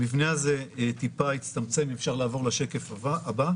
המבנה הזה טיפה הצטמצם, אם אפשר לעבור לשקף הבא.